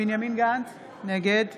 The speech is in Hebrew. בנימין גנץ, נגד